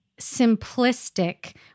simplistic